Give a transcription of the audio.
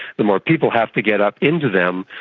the more people have to get up into them,